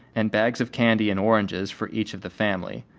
and bags of candy and oranges for each of the family,